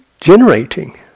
Generating